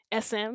SM